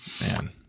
man